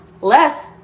less